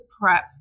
prep